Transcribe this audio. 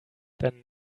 then